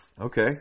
Okay